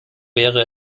wäre